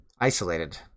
isolated